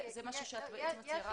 זה משהו שאת --- יש